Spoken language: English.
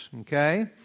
Okay